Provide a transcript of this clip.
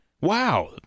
wow